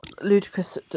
ludicrous